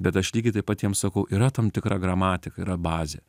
bet aš lygiai taip pat jiems sakau yra tam tikra gramatika yra bazė